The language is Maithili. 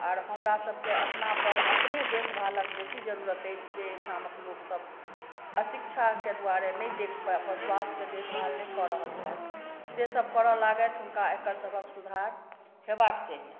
आर हमरा सबके अपना पर अपने देखभालके बेसी जरुरत अछि जे एहिठामक लोग सब अशिक्षा के दुआरे नहि देख स्वास्थ के देखभाल नहि कऽ रहल छथि से सब करय लागथि हुनका एकर सबहक सुधार हेबाक चाही